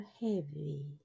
heavy